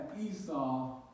Esau